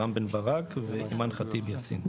רם בן ברק ואימאן ח'טיב יאסין.